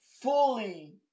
fully